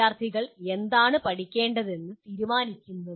വിദ്യാർത്ഥികൾ എന്താണ് പഠിക്കേണ്ടതെന്ന് ആരാണ് തീരുമാനിക്കുന്നത്